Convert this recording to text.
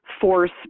force